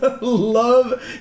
Love